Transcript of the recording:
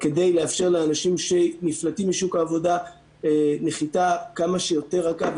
כדי לאפשר לאנשים שנפלטים משוק העבודה נחיתה כמה שיותר רכה.